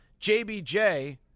JBJ